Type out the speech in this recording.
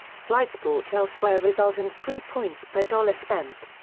flights bought elsewhere result in three points per dollar spent.